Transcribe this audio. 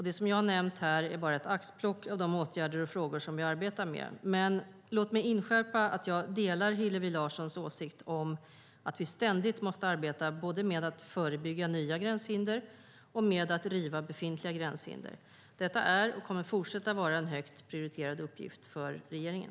Det jag nämnt här är bara ett axplock av de åtgärder och frågor som vi arbetar med, men låt mig inskärpa att jag delar Hillevi Larssons åsikt att vi ständigt måste arbeta både med att förebygga nya gränshinder och med att riva befintliga gränshinder. Detta är och kommer att fortsätta vara en högt prioriterad uppgift för regeringen.